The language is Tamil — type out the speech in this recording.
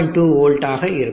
2 வோல்ட் ஆக இருக்கும்